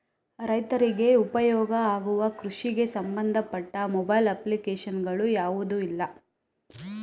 ರೈತರಿಗೆ ಉಪಯೋಗ ಆಗುವ ಕೃಷಿಗೆ ಸಂಬಂಧಪಟ್ಟ ಮೊಬೈಲ್ ಅಪ್ಲಿಕೇಶನ್ ಗಳು ಯಾವುದೆಲ್ಲ?